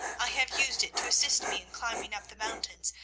i have used it to assist me in climbing up the mountains,